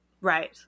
right